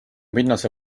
pinnase